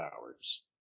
hours